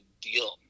deal